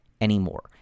anymore